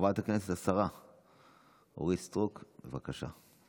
חברת הכנסת השרה אורית סטרוק, בבקשה.